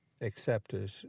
accepted